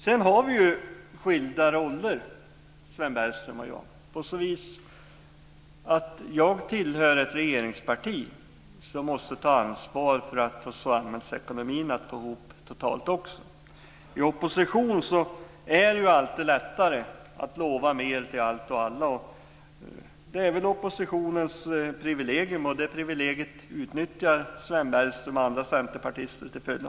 Sven Bergström och jag har skilda roller på så vis att jag tillhör ett regeringsparti som måste ta ansvar för att samhällsekonomin totalt sett går ihop. I opposition är det ju alltid lättare att lova mer till allt och alla. Men det är väl oppositionens privilegium och det privilegiet utnyttjar Sven Bergström och andra centerpartister till fullo.